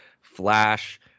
Flash